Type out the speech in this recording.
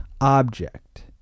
object